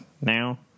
now